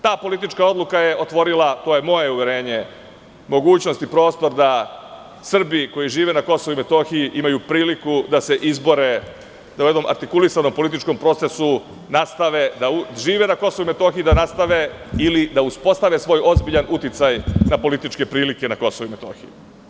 Ta politička odluka je otvorila, to je moje uverenje, mogućnost i prostor da Srbi koji žive na KiM imaju priliku da se izbore, da jednom artikulisanom političkom procesu nastave da žive na KiM ili da uspostave svoj ozbiljan uticaj na političke prilike na KiM.